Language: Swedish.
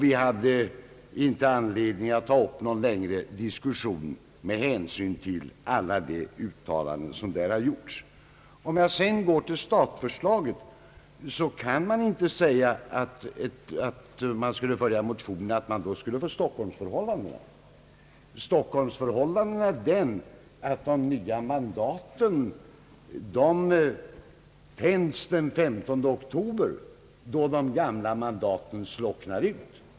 Vi hade, med hänsyn till alla de uttalanden som gjorts av remissinstanserna, inte anledning att ta upp någon omfattande diskussion i detta avse Vad sedan gäller statförslaget kan inte sägas att man — om vi skulle följa motionerna — skulle få stock holmsförhållanden. I Stockholm är det på det sättet att de nya mandaten tänds den 15 oktober när de gamla slocknar ut.